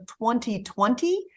2020